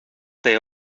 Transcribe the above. they